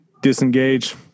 Disengage